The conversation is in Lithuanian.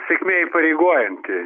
sėkmė įpareigojanti